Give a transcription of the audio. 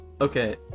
Okay